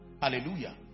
Hallelujah